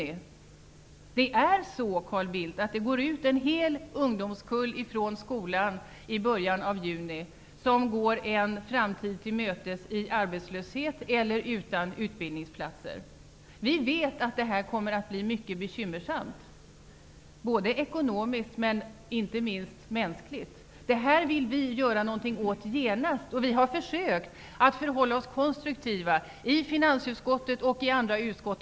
I början av juni, Carl Bildt, går en hel ungdomskull ut från skolan, och den går en framtid till mötes i arbetslöshet eller utan utbildningsplatser. Vi vet att detta kommer att bli mycket bekymmersamt, både ekonomiskt och inte minst mänskligt. Det här vill vi göra något åt genast, och vi har försökt att förhålla oss konstruktivt i finansutskottet och i andra utskott.